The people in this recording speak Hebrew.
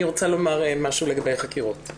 אני רוצה לומר משהו לגבי החקירות.